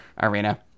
arena